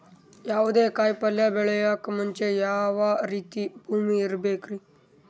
ಯಾವುದೇ ಕಾಯಿ ಪಲ್ಯ ಬೆಳೆಯೋಕ್ ಮುಂಚೆ ಯಾವ ರೀತಿ ಭೂಮಿ ಇರಬೇಕ್ರಿ?